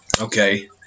okay